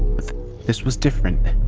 but this was different.